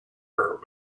her